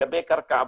לגבי קרקע פרטית,